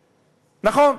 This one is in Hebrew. נכון.